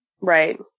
Right